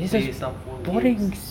play some phone games